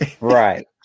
Right